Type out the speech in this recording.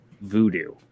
Voodoo